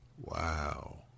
Wow